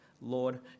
lord